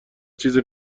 چیز